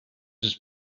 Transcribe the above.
ist